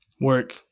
Work